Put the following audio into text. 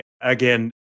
again